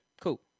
Cool